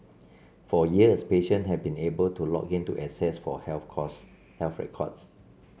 for years patient have been able to log in to access for health cause health records